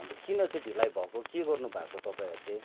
अन्त किन चाहिँ ढिलाई भएको के गर्नु भएको तपाईँहरूले